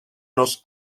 nos